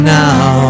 now